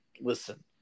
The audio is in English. listen